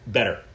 Better